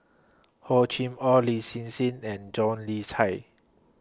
Hor Chim Or Lin Hsin Hsin and John Le Cain